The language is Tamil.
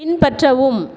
பின்பற்றவும்